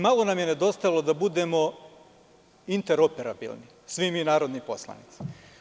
Malo nam je nedostajalo da budemo interoperabilni, svi mi narodni poslanici.